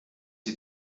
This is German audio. die